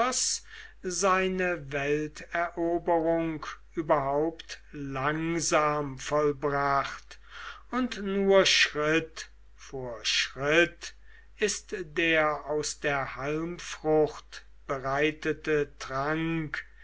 seine welteroberung überhaupt langsam vollbracht und nur schritt vor schritt ist der aus der halmfrucht bereitete trank